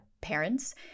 parents